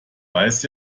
weiß